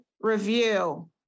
review